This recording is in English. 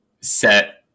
Set